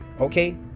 okay